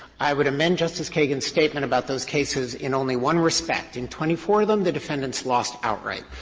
i would amend justice kagan's statement about those cases in only one respect in twenty four of them, the defendants lost outright.